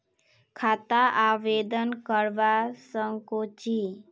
खाता आवेदन करवा संकोची?